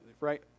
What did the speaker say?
right